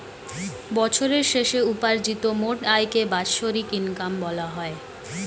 বছরের শেষে উপার্জিত মোট আয়কে বাৎসরিক ইনকাম বলা হয়